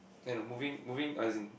and a moving moving as in